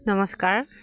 নমস্কাৰ